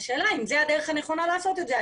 השאלה אם זו הדרך הנכונה לעשות את זה.